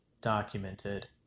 documented